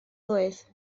blwydd